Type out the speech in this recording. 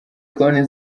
konti